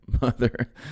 mother